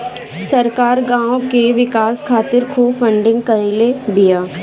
सरकार गांव के विकास खातिर खूब फंडिंग कईले बिया